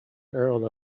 earl